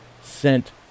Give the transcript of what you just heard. sent